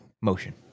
Motion